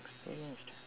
strangest